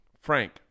Frank